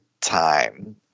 time